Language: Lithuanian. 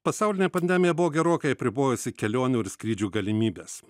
pasaulinė pandemija buvo gerokai apribojusi kelionių ir skrydžių galimybes